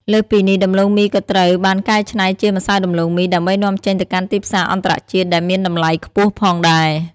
លើសពីនេះ ដំឡូងមីក៏ត្រូវបានកែច្នៃជា ម្សៅដំឡូងមី ដើម្បីនាំចេញទៅកាន់ទីផ្សារអន្តរជាតិ ដែលមានតម្លៃខ្ពស់ផងដែរ។